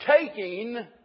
taking